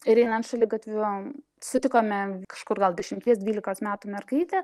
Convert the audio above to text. ir einant šaligatviu sutikome kažkur gal dešimties dvylikos metų mergaitę